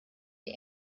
die